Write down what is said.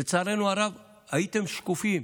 לצערנו הרב, הייתם שקופים,